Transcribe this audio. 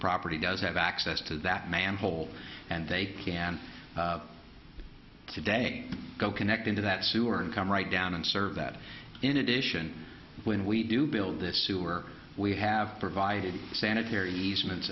property does have access to that manhole and they can today go connect into that sewer and come right down and serve that in addition when we do build this sewer we have provided sanitary easement